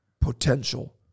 potential